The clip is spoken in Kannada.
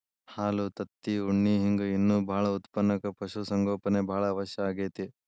ಹಾಲು ತತ್ತಿ ಉಣ್ಣಿ ಹಿಂಗ್ ಇನ್ನೂ ಬಾಳ ಉತ್ಪನಕ್ಕ ಪಶು ಸಂಗೋಪನೆ ಬಾಳ ಅವಶ್ಯ ಆಗೇತಿ